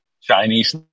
Chinese